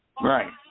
Right